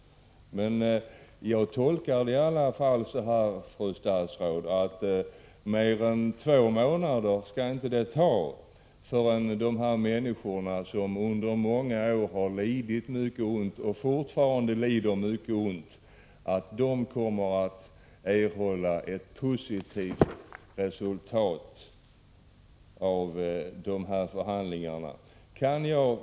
Jag tolkar fru statsrådet i alla fall så, att det inte dröjer mer än två månader = Prot. 1986/87:107 förrän de här människorna som under många år har lidit och fortfarande lider 21 april 1987 mycket får uppleva ett positivt resultat av förhandlingarna i fråga.